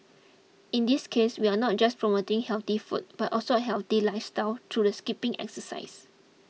in this case we are not in just promoting healthy food but also a healthy lifestyle through the skipping exercise